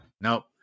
Nope